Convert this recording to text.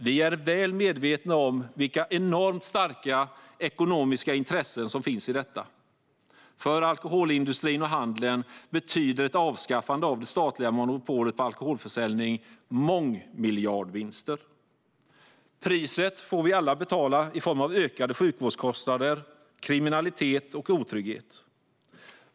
Vi är väl medvetna om vilka enormt starka ekonomiska intressen som finns i detta. För alkoholindustrin och handeln betyder ett avskaffande av det statliga monopolet på alkoholförsäljning mångmiljardvinster. Priset får vi alla betala i form av ökade sjukvårdskostnader, kriminalitet och otrygghet.